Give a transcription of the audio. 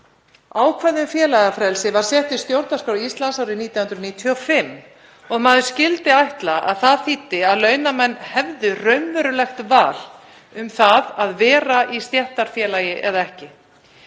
Ákvæði um félagafrelsi var sett í stjórnarskrá Íslands árið 1995 og maður skyldi ætla að það þýddi að launamenn hefðu raunverulegt val um það að vera í stéttarfélagi eða ekki,